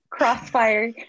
Crossfire